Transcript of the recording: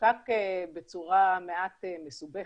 חוקק בצורה מעט מסובכת,